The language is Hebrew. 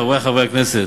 חברי חברי הכנסת,